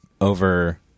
over